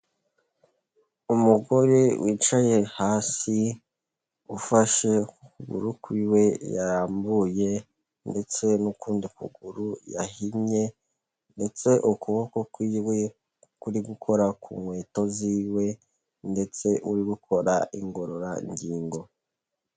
Umugore wicaye hasi, ufashe ukuguru kwiwe yarambuye, ndetse n'ukundi ukuguru yahinnye, ndetse ukuboko kwiwe kuri gukora ku nkweto ziwe, ndetse uri gukora ingororangingo.